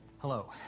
hello.